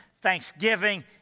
thanksgiving